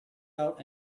out